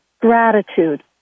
gratitude